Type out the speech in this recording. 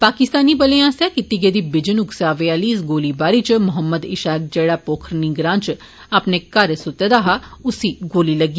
पाकिस्तानी बलें आस्सेआ कीती गेदी बिजन उक्सावे आह्ली इस गोलीबारी च मोहम्मद इशाक जेड़ा पोखर्नी ग्रां च अपने घर सुत्ते दा हा उसी गोली लग्गी